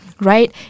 Right